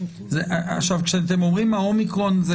כשאתם אומרים אומיקרון,